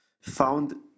found